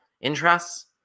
interests